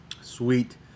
Sweet